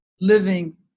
living